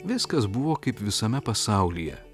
viskas buvo kaip visame pasaulyje